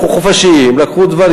לקחו חופשות ותכננו,